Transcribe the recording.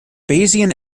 bayesian